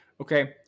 okay